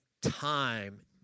time